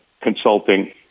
consulting